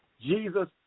Jesus